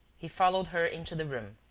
he followed her into the room.